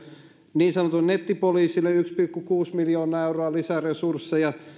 niin sanotulle nettipoliisille yksi pilkku kuusi miljoonaa euroa lisäresursseja